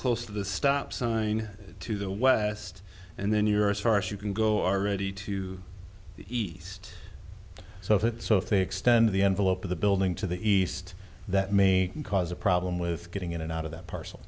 close to the stop sign to the west and then you're as far as you can go already to the east so if it so if they extend the envelope of the building to the east that me can cause a problem with getting in and out of that p